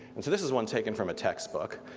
and so this is one taken from a textbook.